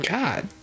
God